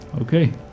Okay